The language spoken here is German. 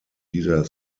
dieser